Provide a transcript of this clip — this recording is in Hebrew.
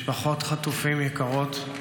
משפחות חטופים יקרות,